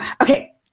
Okay